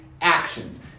actions